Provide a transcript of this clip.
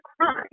crime